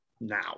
now